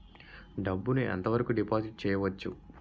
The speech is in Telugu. డబ్బు ను ఎంత వరకు డిపాజిట్ చేయవచ్చు?